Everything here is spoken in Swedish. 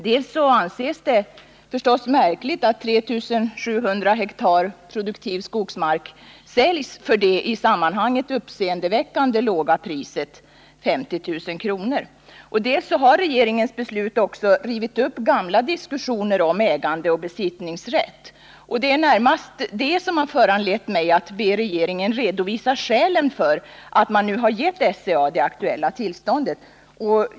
Dels anses det förstås märkligt att 3 700 hektar produktiv skogsmark säljs för det i sammanhanget uppseendeväckande låga priset 50 000 kr., dels har regeringsbeslutet rivit upp gamla diskussioner om ägandeoch besittningsrätt. Det är närmast det senare som har föranlett mig att be regeringen redovisa skälen för att man nu har givit SCA det aktuella tillståndet.